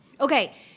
Okay